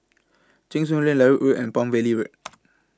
Cheng Soon Lane Larut Road and Palm Valley Road